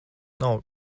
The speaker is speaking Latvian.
nav